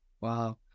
Wow